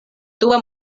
dua